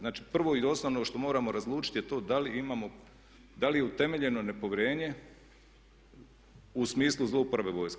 Znači prvo i osnovno što moramo razlučiti je to da li imamo, da li je utemeljeno nepovjerenje u smislu zlouporabe vojske.